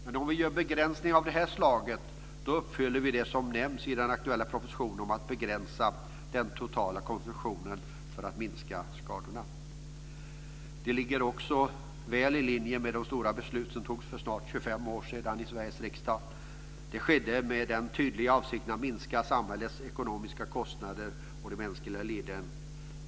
Men om vi gör begränsningar av det här slaget uppfyller vi det som nämns i den aktuella propositionen om att begränsa den totala konsumtionen för att minska skadorna. Det ligger också väl i linje med de stora beslut som fattades för snart 25 år sedan i Sveriges riksdag. Det skedde med den tydliga avsikten att minska samhällets ekonomiska kostnader och det mänskliga lidandet.